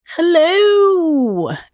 Hello